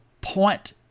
point